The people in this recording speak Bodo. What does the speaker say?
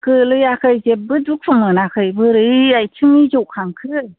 गोलैयाखै जेबो दुखु मोनाखै बोरै आथिं मिजौखांखो